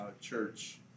church